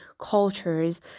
cultures